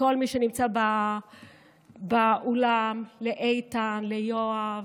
ולכל מי שנמצא באולם, לאיתן, ליואב.